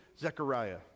Zechariah